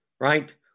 right